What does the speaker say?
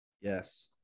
Yes